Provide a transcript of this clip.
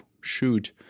shoot